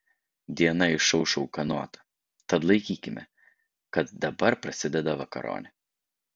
diena išaušo ūkanota tad laikykime kad dabar prasideda vakaronė